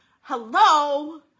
Hello